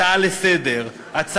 הצעה לסדר-היום,